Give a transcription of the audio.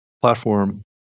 platform